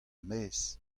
maez